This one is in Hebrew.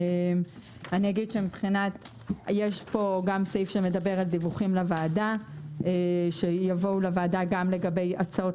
יש פה גם סעיף שמדבר על דיווחים לוועדה שיבואו לוועדה גם לגבי הצעות